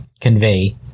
convey